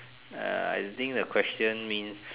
uh I don't think the question means